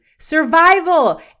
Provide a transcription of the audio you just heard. survival